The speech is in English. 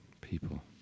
People